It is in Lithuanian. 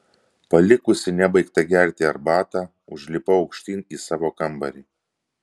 palikusi nebaigtą gerti arbatą užlipau aukštyn į savo kambarį